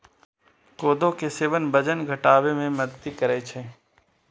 कोदो के सेवन वजन घटाबै मे मदति करै छै